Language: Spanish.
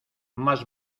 más